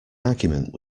argument